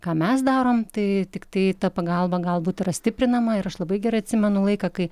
ką mes darom tai tiktai ta pagalba galbūt yra stiprinama ir aš labai gerai atsimenu laiką kai